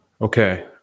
Okay